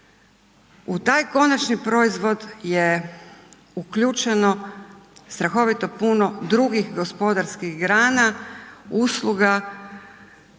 u taj konačni proizvod je uključeno strahovito puno drugih gospodarskih grana, usluga,